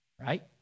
Right